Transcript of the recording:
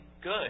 good